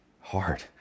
hard